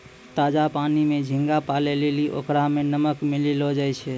ताजा पानी में झींगा पालै लेली ओकरा में नमक मिलैलोॅ जाय छै